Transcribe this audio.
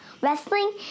Wrestling